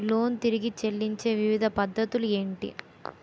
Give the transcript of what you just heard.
Loan తిరిగి చెల్లించే వివిధ పద్ధతులు ఏంటి?